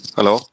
Hello